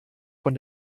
von